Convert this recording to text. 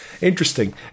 Interesting